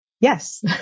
yes